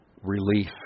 relief